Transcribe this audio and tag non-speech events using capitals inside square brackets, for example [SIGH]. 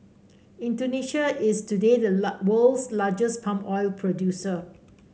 Indonesia is today the [UNINTELLIGIBLE] world's largest palm oil producer